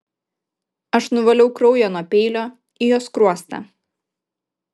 aš nuvaliau kraują nuo peilio į jo skruostą